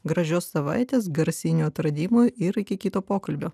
gražios savaitės garsinių atradimų ir iki kito pokalbio